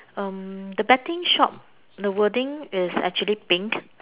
um the betting shop the wording is actually pink